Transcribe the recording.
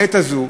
לעת הזאת,